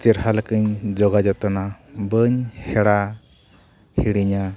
ᱪᱮᱨᱦᱟ ᱞᱮᱠᱟᱧ ᱡᱚᱜᱟᱣ ᱡᱚᱛᱚᱱᱟ ᱵᱟᱹᱧ ᱦᱮᱲᱟ ᱦᱤᱲᱤᱧᱟ